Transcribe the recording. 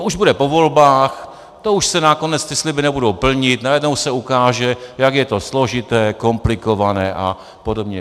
To už bude po volbách, to už se nakonec ty sliby nebudou plnit, najednou se ukáže, jak je to složité, komplikované a podobně.